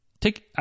Take